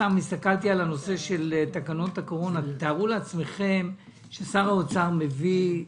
אין צו מס הכנסה (קביעת